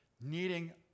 needing